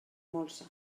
molsa